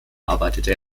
arbeitete